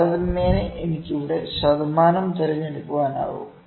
താരതമ്യേന എനിക്ക് ഇവിടെ ശതമാനം തിരഞ്ഞെടുക്കാനാകും